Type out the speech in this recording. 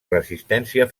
resistència